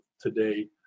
today